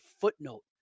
footnote